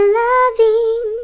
loving